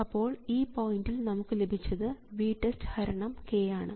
അപ്പോൾ ഈ പോയിൻറിൽ നമുക്ക് ലഭിച്ചത് VTEST ഹരണം k ആണ്